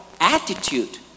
attitude